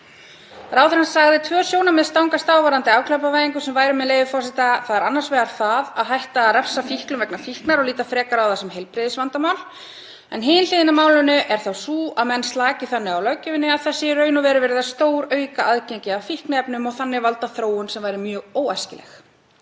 Ráðherrann sagði tvö sjónarmið stangast á varðandi afglæpavæðingu sem væru, með leyfi forseta: „Það er annars vegar það að hætta að refsa fíklum vegna fíknar og líta frekar á það sem heilbrigðisvandamál, en hin hliðin á málinu er þá sú að menn slaki þannig á löggjöfinni að það sé í raun og veru verið að stórauka aðgengi að fíkniefnum og þannig valda þróun sem væri mjög óæskileg.“